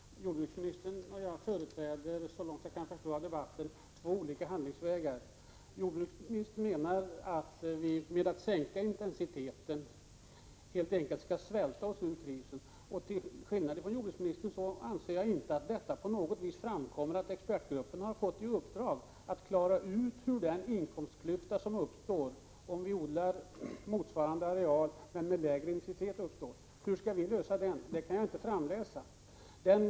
Herr talman! Jordbruksministern och jag företräder, såvitt jag kan förstå av debatten, två olika handlingsvägar. Jordbruksministern menar att vi genom att sänka intensiteten helt enkelt skall svälta oss ur krisen. Till skillnad från jordbruksministern anser jag inte att det på något sätt framgår att expertgruppen har fått i uppdrag att klargöra hur man skall täcka den inkomstklyfta som uppstår, om vi odlar på samma areal som tidigare men med lägre intensitet. Hur skall vi lösa detta? Det kan jag inte utläsa ur svaret.